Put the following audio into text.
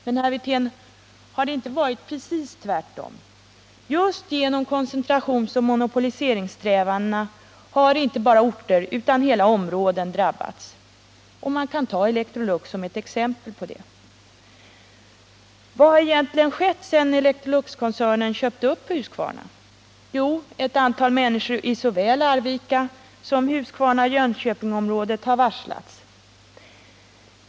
Men, herr Wirtén, har det inte varit precis tvärtom? Just genom koncentrationsoch monopoliseringssträvandena har inte bara orter utan hela områden drabbats. Vi kan ta Electrolux som exempel på det. Vad har egentligen skett sedan Electroluxkoncernen köpte upp Husqvarna? Jo, ett antal människor i såväl Arvika som Huskvarna-Jönköpingsområdet har varslats om avsked.